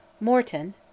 Morton